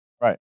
right